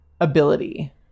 ability